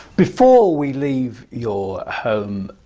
before we leave your home,